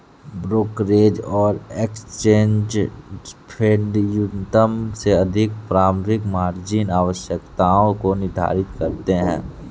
brokerage और exchange फेडन्यूनतम से अधिक प्रारंभिक मार्जिन आवश्यकताओं को निर्धारित करते हैं